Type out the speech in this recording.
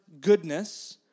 goodness